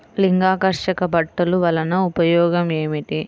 లింగాకర్షక బుట్టలు వలన ఉపయోగం ఏమిటి?